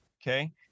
Okay